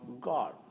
God